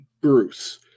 Bruce